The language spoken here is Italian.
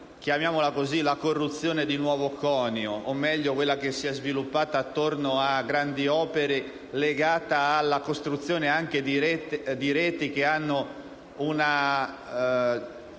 attenzione la «corruzione di nuovo conio», o meglio quella che si è sviluppata attorno alle grandi opere, legata alla costruzione di reti che hanno una